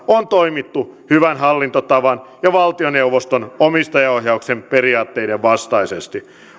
on toimittu hyvän hallintotavan ja valtioneuvoston omistajaohjauksen periaatteiden vastaisesti